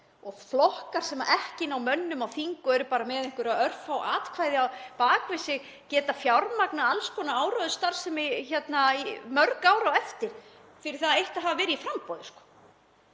og flokkar sem ekki ná mönnum á þing og eru bara með örfá atkvæði á bak við sig geta fjármagnað alls konar áróðursstarfsemi í mörg ár á eftir fyrir það eitt að hafa verið í framboði.